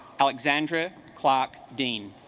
alexandra clark dean